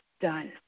done